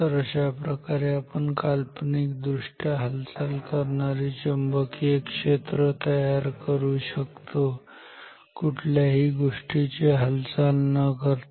तर अशाप्रकारे आपण पण काल्पनिक दृष्ट्या हालचाल करणारे चुंबकीय क्षेत्र तयार करू शकतो कुठलीही गोष्टीची हालचाल न करता